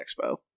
Expo